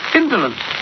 indolence